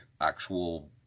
actual